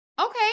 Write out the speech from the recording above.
Okay